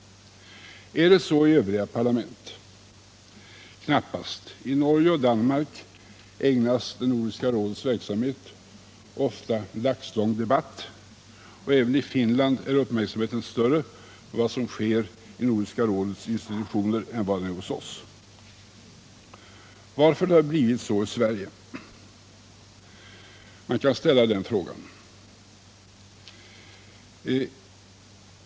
Är det så i övriga parlament? Nej, knappast. I Norge och Danmark ägnas Nordiska rådets verksamhet ofta dagslång debatt, och även i Finland är uppmärksamheten större i fråga om vad som sker i Nordiska rådet än hos oss. Varför har det blivit så här i Sverige?